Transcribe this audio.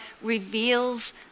reveals